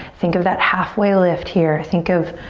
think of that halfway lift here. think of